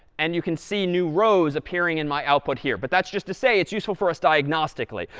and you can see new rows appearing in my output here. but that's just to say it's useful for us diagnostically.